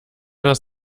das